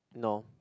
no